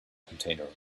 container